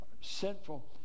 sinful